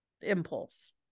impulse